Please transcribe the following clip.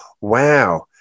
wow